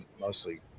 mostly